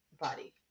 body